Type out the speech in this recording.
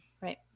Right